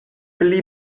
pli